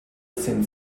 sind